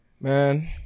Man